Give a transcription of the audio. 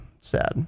Sad